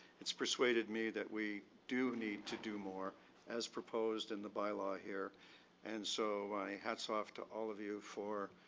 it's persuaded me that we do need to do more as proposed in the by law here and so my hats off to all of you for